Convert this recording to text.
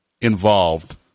involved